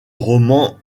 roman